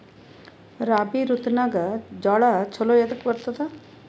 ರಾಬಿ ಋತುನಾಗ್ ಜೋಳ ಚಲೋ ಎದಕ ಬರತದ?